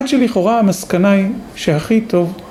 ‫עד שלכאורה המסקנה היא שהכי טוב...